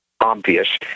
obvious